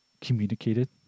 communicated